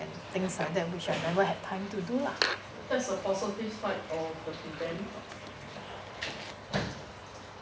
things like that which I never had time to do lah